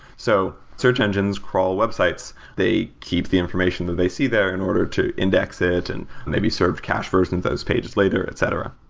so search engines crawl websites. they keep the information that they see there in order to index it and maybe serve cache first in those pages later, et cetera.